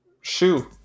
shoe